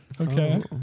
Okay